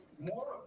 more